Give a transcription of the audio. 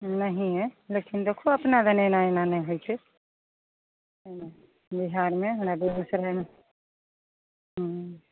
नहिए लेकिन देखहो अपना दने एना एना नहि होइत छै हूँ बिहारमे हमरा बेगूसरायमे हूँ